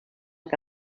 què